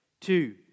Two